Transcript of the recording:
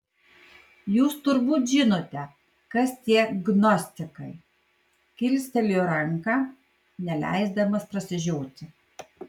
jūs turbūt žinote kas tie gnostikai kilstelėjo ranką neleisdamas prasižioti